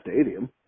stadium